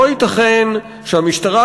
לא ייתכן שהמשטרה,